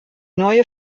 neue